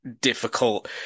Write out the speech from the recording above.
difficult